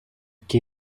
que